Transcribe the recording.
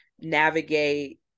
navigate